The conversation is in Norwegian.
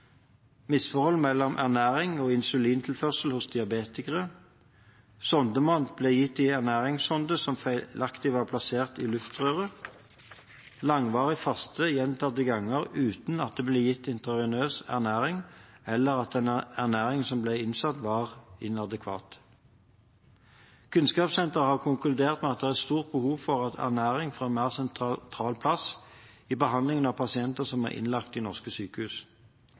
misforhold mellom ernæring og insulintilførsel hos diabetikere sondemat ble gitt i ernæringssonde som feilaktig var plassert i luftrøret langvarig faste gjentatte ganger uten at det ble gitt intravenøs ernæring, eller at den ernæringen som ble innsatt, var inadekvat Kunnskapssenteret har konkludert med at det er et stort behov for at ernæring får en mer sentral plass i behandlingen av pasientene som er innlagt i norske sykehus.